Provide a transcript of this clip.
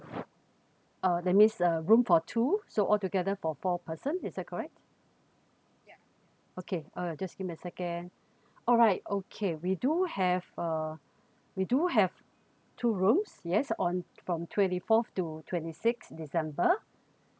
uh that means uh room for two so altogether for four person is that correct okay uh just give me a second alright okay we do have uh we do have two rooms yes on from twenty fourth to twenty sixth december